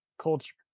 culture